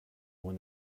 when